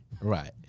right